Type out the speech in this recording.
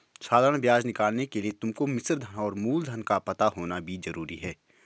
साधारण ब्याज निकालने के लिए तुमको मिश्रधन और मूलधन का पता होना भी जरूरी है